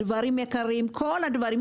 דברים יקרים, כל הדברים.